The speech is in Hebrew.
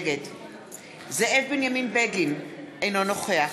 נגד זאב בנימין בגין, אינו נוכח